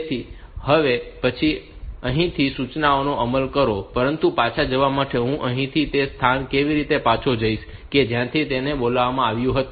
તેથી હવે પછી અહીંથી સૂચનાનો અમલ કરો પરંતુ પાછા જવા માટે હું અહીંથી તે સ્થાને કેવી રીતે પાછો જઈશ કે જ્યાંથી તેને બોલાવવામાં આવ્યું હતું